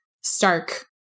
stark